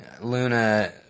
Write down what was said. Luna